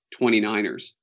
29ers